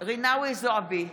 רינאוי זועבי,